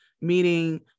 meaning